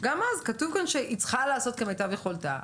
גם אז כתוב כאן שהיא צריכה לעשות כמיטב יכולתה.